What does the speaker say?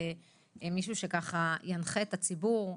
מישהו שככה ינחה את הציבור.